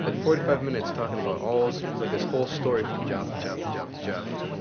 ah forty five minutes talking about all his like, his whole story, from job, to job, to job, to job.